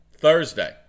Thursday